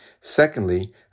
Secondly